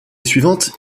suivante